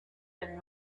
been